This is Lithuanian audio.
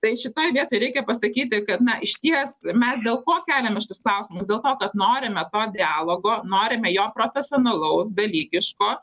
tai šitoj vietoj reikia pasakyti kad na išties mes dėl ko keliame šitus klausimas dėl to kad norime to dialogo norime jo profesionalaus dalykiško